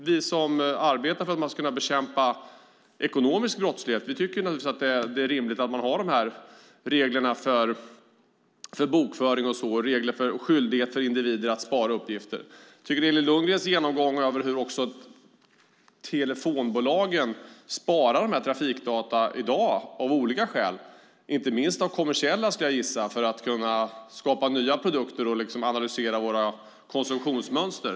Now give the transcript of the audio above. Vi som arbetar för att man ska kunna bekämpa ekonomisk brottslighet tycker naturligtvis att det är rimligt att man har de här reglerna för bokföring och skyldighet för individer att spara uppgifter. Jag tycker att Elin Lundgrens genomgång av hur även telefonbolagen sparar dessa trafikdata i dag av olika skäl är intressant. Det sker inte minst av kommersiella skäl, skulle jag gissa, för att kunna skapa nya produkter och analysera våra konsumtionsmönster.